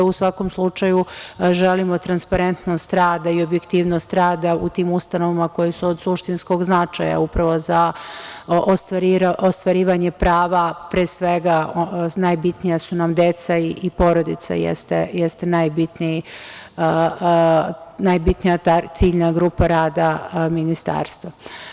U svakom slučaju, želimo transparentnost rada i objektivnost rada u tim ustanovama koje su od suštinskog značaja upravo za ostvarivanje prava, pre svega najbitnija su nam deca i porodica jeste najbitnija ciljna grupa rada ministarstva.